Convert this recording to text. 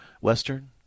Western